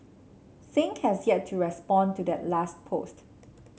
Singh has yet to respond to that last post